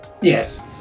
Yes